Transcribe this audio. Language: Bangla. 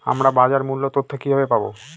আমরা বাজার মূল্য তথ্য কিবাবে পাবো?